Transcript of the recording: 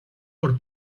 por